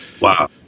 Wow